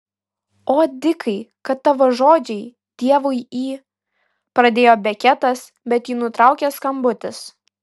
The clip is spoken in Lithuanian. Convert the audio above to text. o dikai kad tavo žodžiai dievui į pradėjo beketas bet jį nutraukė skambutis